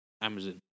Amazon